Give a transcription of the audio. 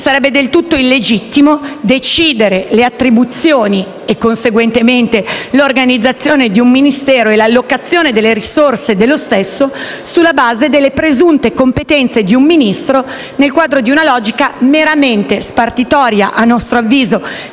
Sarebbe del tutto illegittimo decidere le attribuzioni e, conseguentemente, l'organizzazione di un Ministero e l'allocazione delle risorse dello stesso, sulla base delle presunte competenze di un Ministro nel quadro di una logica meramente spartitoria, a nostro avviso,